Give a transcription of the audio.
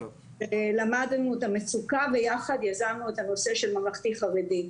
למדנו את המצוקה ויחד יזמנו את הנושא של ממלכתי חרדי.